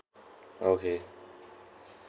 okay